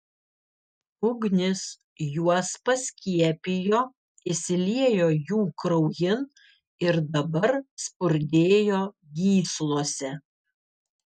ugnis juos paskiepijo įsiliejo jų kraujin ir dabar spurdėjo gyslose